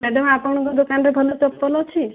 madam ଆପଣଙ୍କ ଦୋକାନରେ ଭଲ ଚପଲ ଅଛି